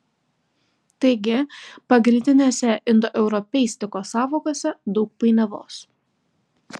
taigi pagrindinėse indoeuropeistikos sąvokose daug painiavos